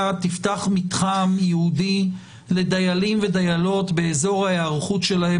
תפתח מתחם ייעודי לדיילים ודיילות באזור ההיערכות שלהם.